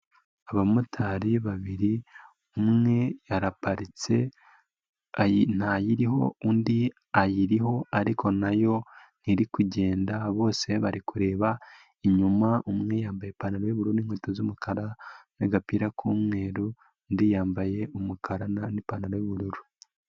Abamotari babiri, umwe araparitse ntayiriho, undi ayiriho ariko nayo ntiri kugenda, bose bari kureba inyuma umwe yambaye ipantaro y'ubururu n'inkweto z'umukara n'agapira k'umweru, undi yambaye umukara n'ipantaro y'ubururu.